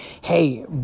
hey